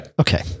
Okay